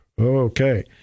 Okay